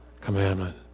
commandment